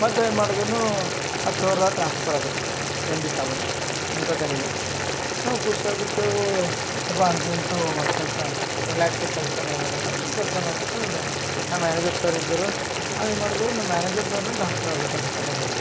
ಮತ್ತು ಏನುಮಾಡ್ದು ನಾ ಆ ಸರಾ ಟ್ರಾನ್ಸ್ಫರ್ ಆದರು ಎಮ್ ಡಿ ಸಾಬ್ರ್ ಅಂತ ಟೈಮಿಗೆ ನಾವು ಖುಷ್ಯಾಗ್ ಬಿಟ್ಟೆವು ಸೊಲ್ಪ ಅಂತು ಇಂತು ಒಂದು ಸ್ವಲ್ಪ ರಿಲ್ಯಾಕ್ಸಗಿ ಕೆಲಸ ಮಾಡ್ಬೇಕಂದ್ರೆ ಕೆಲಸ ಮಾಡ್ಬೇಕು ನಮ್ಮ ಮ್ಯಾನೇಜರ್ ಸರ್ ಇದ್ರು ಏನ್ಮಾಡಿದ್ರು ನಮ್ಮ ಮ್ಯಾನೇಜರ್ ಸಾರುನು ಟ್ರಾನ್ಸ್ಪರ್ ಆಗಿಬಿಟ್ರು ಅಂಥ ಟೈಮಿಗೆ